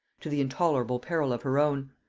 to the intolerable peril of her own.